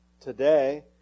Today